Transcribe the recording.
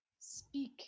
Speak